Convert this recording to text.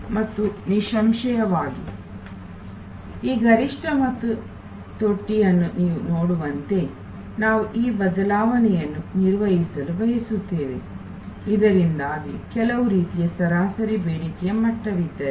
ಮತ್ತು ನಿಸ್ಸಂಶಯವಾಗಿ ಈ ಗರಿಷ್ಠ ಮತ್ತು ತೊಟ್ಟಿಯನ್ನು ನೀವು ನೋಡುವಂತೆ ನಾವು ಈ ಬದಲಾವಣೆಯನ್ನು ನಿರ್ವಹಿಸಲು ಬಯಸುತ್ತೇವೆ ಇದರಿಂದಾಗಿ ಕೆಲವು ರೀತಿಯ ಸರಾಸರಿ ಬೇಡಿಕೆಯ ಮಟ್ಟವಿದ್ದರೆ